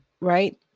right